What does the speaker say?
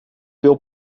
veel